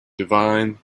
divine